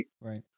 Right